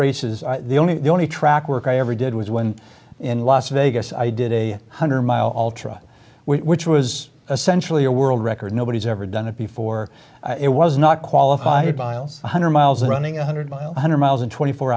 races the only the only track work i ever did was when in las vegas i did a hundred mile all trot we was essentially a world record nobody's ever done it before it was not qualified by us one hundred miles and running a hundred mile one hundred miles in twenty four